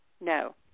No